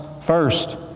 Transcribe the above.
first